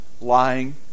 lying